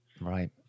Right